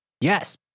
Yes